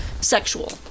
sexual